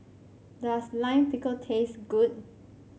does Lime Pickle taste good